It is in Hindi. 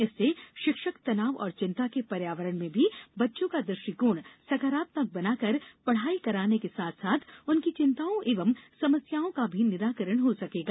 इससे शिक्षक तनाव और चिंता के वातावरण में भी बच्चों का दृष्टिकोण सकारात्मक बनाकर पढ़ाई कराने के साथ साथ उनकी चिंताओं एवं समस्याओं का भी निराकरण हो सकेगा